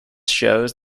shows